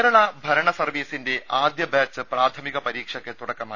കേരള ഭരണ സർവീസിന്റെ ആദ്യ ബാച്ച് പ്രാഥമിക പരീക്ഷക്ക് തുടക്കമായി